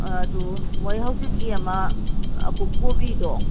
ꯑꯗꯨ ꯃꯣꯏ ꯍꯧꯖꯤꯛꯀꯤ ꯑꯃ ꯀꯣꯕꯤꯗꯣ